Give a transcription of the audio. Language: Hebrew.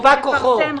כוחו.